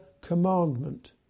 commandment